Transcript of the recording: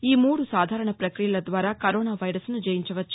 ఈ మూడు సాధారణ ప్రక్రియల ద్వారా కరోనా వైరస్ను జయించవచ్చు